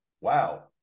wow